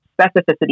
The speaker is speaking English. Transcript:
specificity